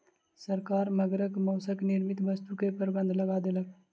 सरकार मगरक मौसक निर्मित वस्तु के प्रबंध लगा देलक